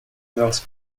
those